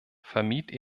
vermied